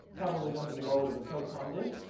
probably going to be lower than the proton did.